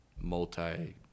multi